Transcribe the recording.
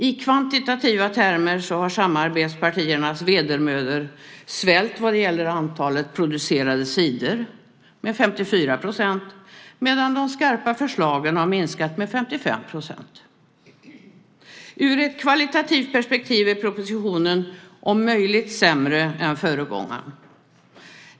I kvantitativa termer har samarbetspartiernas vedermödor svällt vad gäller antalet producerade sidor med 54 %, medan de skarpa förslagen har minskat med 55 %. Ur ett kvalitativt perspektiv är propositionen om möjligt sämre än föregångaren.